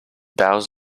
bowes